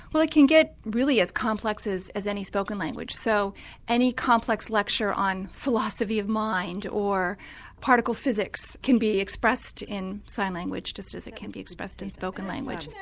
well, it can get really as complex as any spoken language. so any complex lecture on philosophy of mind or particle physics can be expressed in sign language, just as it can be expressed in spoken language.